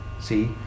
See